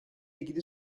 ilgili